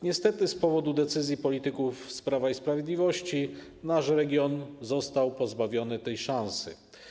Niestety z powodu decyzji polityków z Prawa i Sprawiedliwości nasz region został pozbawiony tej szansy.